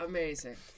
Amazing